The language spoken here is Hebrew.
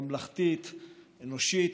ממלכתית ואנושית,